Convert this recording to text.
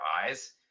eyes